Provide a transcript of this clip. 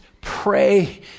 pray